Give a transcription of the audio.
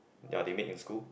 ya they make in school